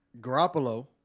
Garoppolo